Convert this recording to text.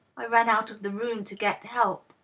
i ran out of the room to get help.